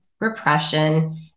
repression